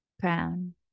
Crown